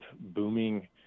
booming